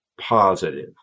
positive